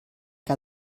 que